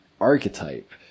archetype